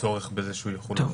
צורך בזה שהוא יחול עליו.